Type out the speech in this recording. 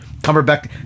Cumberbatch